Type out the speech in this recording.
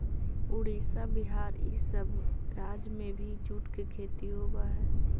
उड़ीसा, बिहार, इ सब राज्य में भी जूट के खेती होवऽ हई